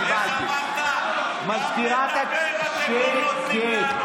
איך אמרת, גם לדבר אתם לא נותנים לנו.